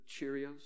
Cheerios